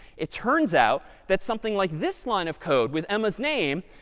it turns out that something like this line of code, with emma's name,